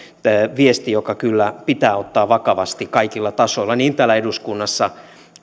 viesti joka kyllä pitää ottaa vakavasti kaikilla tasoilla niin täällä eduskunnassa